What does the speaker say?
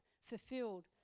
fulfilled